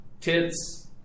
tits